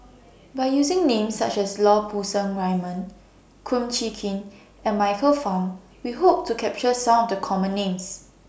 By using Names such as Lau Poo Seng Raymond Kum Chee Kin and Michael Fam We Hope to capture Some of The Common Names